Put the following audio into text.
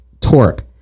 torque